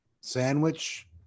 sandwich